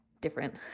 Different